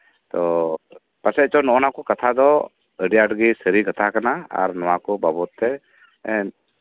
ᱯᱟᱥᱮᱪ ᱪᱚ ᱱᱚᱜ ᱚ ᱱᱚᱣᱟ ᱠᱚ ᱠᱟᱛᱷᱟ ᱫᱚ ᱟᱹᱰᱤ ᱟᱸᱴ ᱜᱮ ᱥᱟᱹᱨᱤ ᱠᱟᱛᱷᱟ ᱠᱟᱱᱟ ᱟᱨ ᱱᱚᱣᱟ ᱠᱚ ᱵᱟᱵᱚᱫᱛᱮ